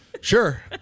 Sure